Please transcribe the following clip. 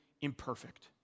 imperfect